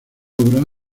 obra